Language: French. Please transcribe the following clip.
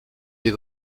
les